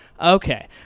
Okay